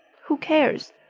who cares?